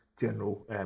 general